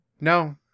No